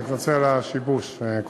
אני מתנצל על השיבוש קודם,